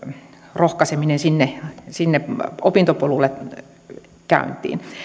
rohkaiseminen sinne sinne opintopolulle lähtisi sitten käyntiin